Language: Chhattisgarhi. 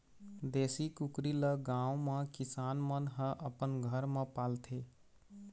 देशी कुकरी ल गाँव म किसान मन ह अपन घर म पालथे